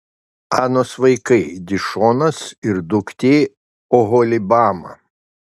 anos vaikai dišonas ir duktė oholibama